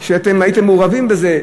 אתם הייתם מעורבים בזה,